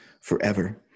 forever